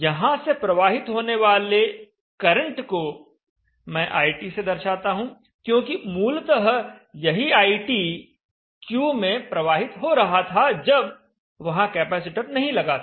यहां से प्रवाहित होने वाले करंट को मैं IT से दर्शाता हूं क्योंकि मूलतः यही IT Q में प्रवाहित हो रहा था जब वहां कैपेसिटर नहीं लगा था